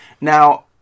Now